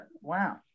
wow